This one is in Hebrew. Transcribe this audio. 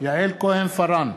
יעל כהן-פארן,